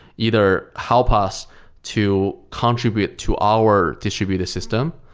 either help us to contribute to our distributed system,